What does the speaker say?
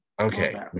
Okay